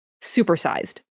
supersized